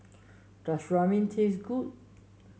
does Ramyeon taste good